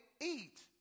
eat